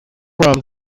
from